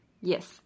Yes